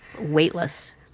weightless